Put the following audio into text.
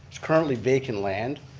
it's currently vacant land.